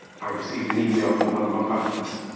i received an email from one of my partners.